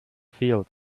field